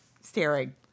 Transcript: staring